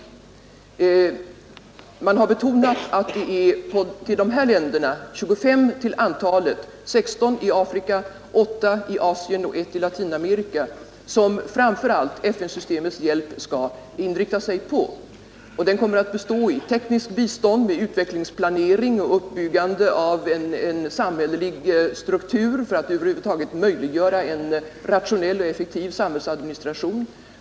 Man har betonat att det är på dessa länder som är 25 till antalet — 16 i Afrika, 8 i Asien och 1 i Latinamerika — som framför allt FN-systemets hjälp skall inrikta sig. Denna hjälp kommer att bestå av tekniskt bistånd med utvecklingsplanering och uppbyggande av en samhällelig struktur för att över huvud taget möjliggöra en rationell och effektiv samhällsadministration.